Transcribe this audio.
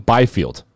Byfield